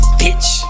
bitch